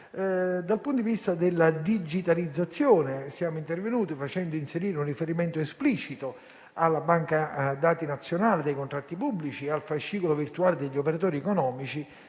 Dal punto di vista della digitalizzazione, siamo intervenuti facendo inserire un riferimento esplicito alla banca dati nazionale dei contratti pubblici e al fascicolo virtuale degli operatori economici: